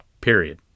Period